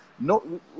no